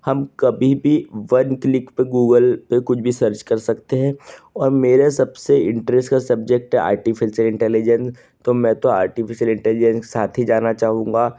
हम कभी भी वन क्लिक पे गूगल पे कुछ भी सर्च कर सकते हैं और मेरे सबसे इन्टरेस्ट का सब्जेक्ट है आर्टीफिशल इंटेलिजेंस तो मैं तो आर्टीफिशल इंटेलिजेंस के साथ ही जाना चाहूँगा